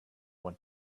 want